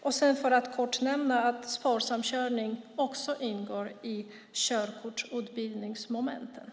Jag vill bara kort nämna att sparsam körning också ingår i körkortsutbildningsmomentet.